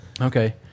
okay